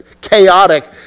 chaotic